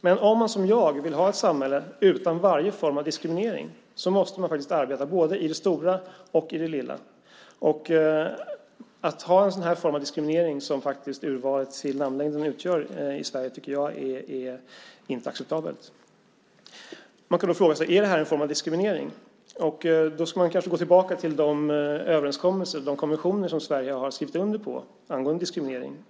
Men om man som jag vill ha ett samhälle utan varje form av diskriminering måste man arbeta både i det stora och i det lilla. Att i Sverige ha en sådan diskriminering som urvalet i namnlängden faktiskt utgör tycker jag inte är acceptabelt. Man kan fråga sig om det här är en fråga om diskriminering. Man kan då gå tillbaka till de internationella konventioner som Sverige har skrivit under angående diskriminering.